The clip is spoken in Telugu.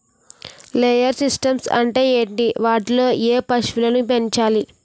లేయర్ సిస్టమ్స్ అంటే ఏంటి? వాటిలో ఎలా పశువులను పెంచాలి?